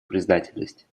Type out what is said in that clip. признательность